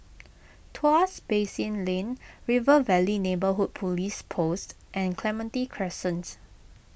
Tuas Basin Lane River Valley Neighbourhood Police Post and Clementi Crescents